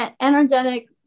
energetic